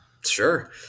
Sure